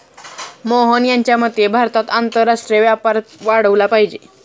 मोहन यांच्या मते भारतात आंतरराष्ट्रीय व्यापार वाढला पाहिजे